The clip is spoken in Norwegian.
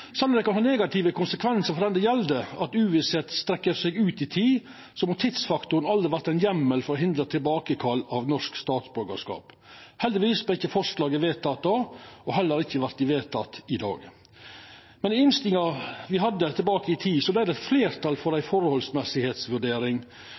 det kan ha negative konsekvensar for den det gjeld, at uvisse trekkjer ut i tid, må tidsfaktoren aldri verta ein heimel for å hindra tilbakekall av norsk statsborgarskap. Heldigvis vart ikkje forslaget vedteke då, og det vert heller ikkje vedteke i dag. Men i innstillinga vi hadde for ei tid sidan, var det fleirtal for ei